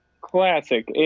Classic